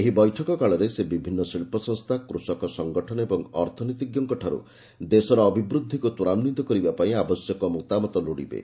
ଏହି ବୈଠକ କାଳରେ ସେ ବିଭିନ୍ନ ଶିଳ୍ପସଂସ୍ଥା କୃଷକ ସଂଗଠନ ଓ ଅର୍ଥନୀତିଜ୍ଞଙ୍କଠାରୁ ଦେଶର ଅଭିବୃଦ୍ଧିକୁ ତ୍ୱରାନ୍ୱିତ କରିବା ପାଇଁ ଆବଶ୍ୟକ ମତାମତ ଲୋଡିବେ